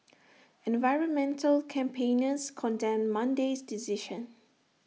environmental campaigners condemned Monday's decision